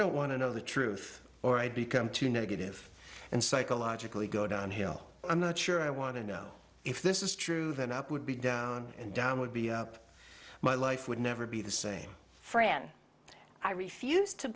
don't want to know the truth or i become too negative and psychologically go downhill i'm not sure i want to know if this is true that up would be down and down would be up my life would never be the same fran i refuse to